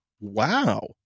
Wow